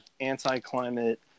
anti-climate